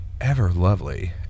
ever-lovely